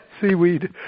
seaweed